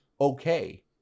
Okay